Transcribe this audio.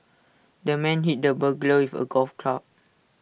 the man hit the burglar with A golf club